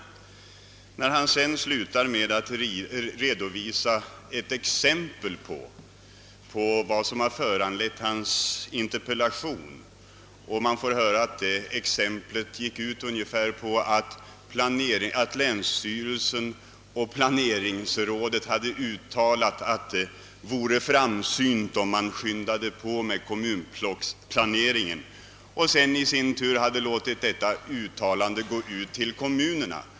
Herr Lothigius slutar emellertid med att redovisa ett exempel på vad som har föranlett hans interpellation, varvid vi får höra att länsstyrelsen och planeringsrådet hade uttalat, att det vore framsynt om man skyndade på med kommunblocksplaneringen, och sedan låtit detta uttalande gå ut till kommunerna.